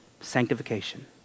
sanctification